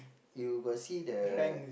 you got see the